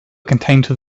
contained